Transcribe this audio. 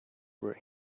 were